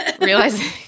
realizing